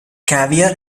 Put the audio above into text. caviar